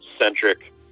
centric